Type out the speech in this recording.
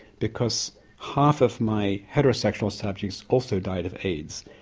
because half of my heterosexual subjects also died of aids,